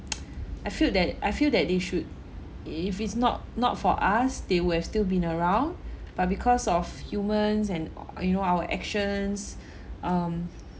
I feel that I feel that they should if it's not not for us they would have still been around but because of humans and you know our actions um